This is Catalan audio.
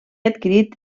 adquirit